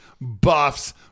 buffs